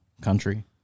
country